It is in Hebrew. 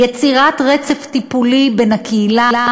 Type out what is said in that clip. יצירת רצף טיפולי בין הקהילה,